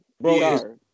Bro